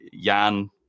Jan